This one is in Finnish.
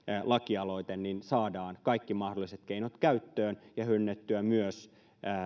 lakialoite niin saadaan kaikki mahdolliset keinot käyttöön ja hyödynnettyä myös